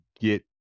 get